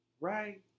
right